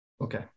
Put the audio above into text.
Okay